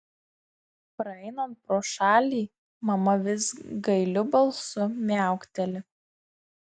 praeinant pro šalį mama vis gailiu balsu miaukteli